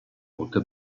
poté